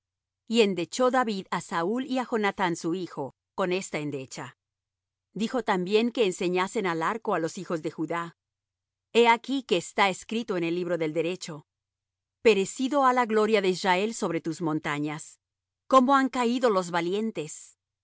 y endechó david á saúl y á jonathán su hijo con esta endecha dijo también que enseñasen al arco á los hijos de judá he aquí que está escrito en el libro del derecho perecido ha la gloria de israel sobre tus montañas cómo han caído los valientes